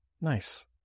Nice